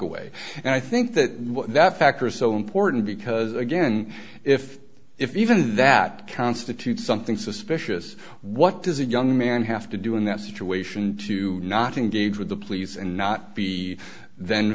away and i think that that factor is so important because again if if even that constitutes something suspicious what does a young man have to do in that situation to not engage with the police and not be then